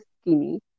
skinny